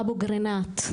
אבו קרינאת,